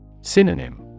Synonym